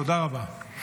תודה רבה.